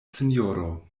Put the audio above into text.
sinjoro